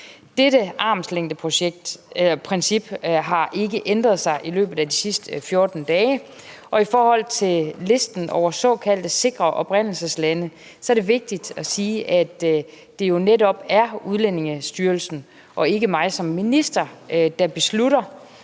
Dette armslængdeprincip har ikke ændret sig i løbet af de sidste 14 dage, og i forhold til listen over såkaldte sikre oprindelseslande er det vigtigt at sige, at det jo netop er Udlændingestyrelsen og ikke mig som minister, der beslutter,